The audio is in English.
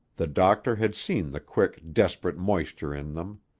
the doctor had seen the quick, desperate moisture in them.